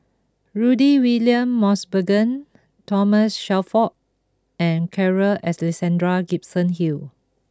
Rudy William Mosbergen Thomas Shelford and Carl Alexander Gibson Hill